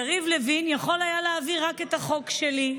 יריב לוין יכול היה להעביר רק את החוק שלי,